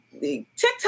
TikTok